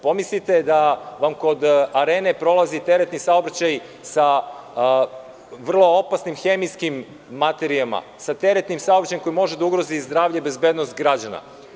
Pomislite da vam kod Arene prolazi teretni saobraćaj sa vrlo opasnim hemijskim materijama, sa teretnim saobraćajem koji može da ugrozi zdravlje i bezbednost građana.